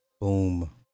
Boom